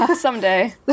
someday